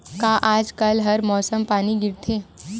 का आज कल हर मौसम पानी गिरथे?